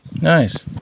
nice